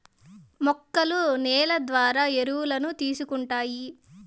మొక్కలు నేల ద్వారా ఎరువులను తీసుకుంటాయి